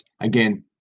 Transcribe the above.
again